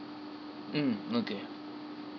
mm okay